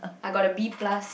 I got a B plus